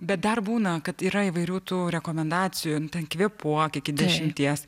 bet dar būna kad yra įvairių tų rekomendacijų ten kvėpuok iki dešimties